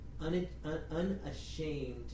unashamed